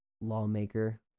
lawmaker